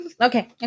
Okay